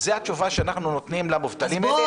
זו התשובה שאנחנו נותנים למובטלים האלה,